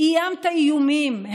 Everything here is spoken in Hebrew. איימת איומים,